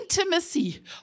intimacy